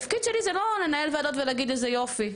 התפקיד שלי זה לא לנהל ועדות ולהגיד איזה יופי,